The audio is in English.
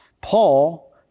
Paul